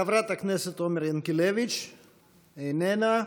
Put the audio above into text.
חברת הכנסת עומר ינקלביץ' איננה,